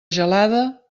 gelada